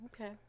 Okay